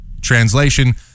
Translation